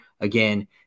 again